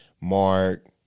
Mark